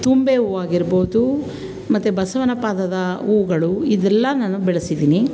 ತುಂಬೆ ಹೂವಾಗಿರ್ಬೋದು ಮತ್ತು ಬಸವನ ಪಾದದ ಹೂವುಗಳು ಇದೆಲ್ಲ ನಾನು ಬೆಳೆಸಿದ್ದೀನಿ